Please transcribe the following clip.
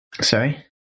Sorry